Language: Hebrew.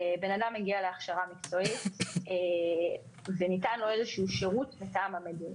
מגיע להכשרה מקצועית וניתן לו איזשהו שירות מטעם המדינה.